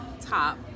top